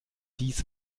dies